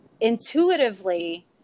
intuitively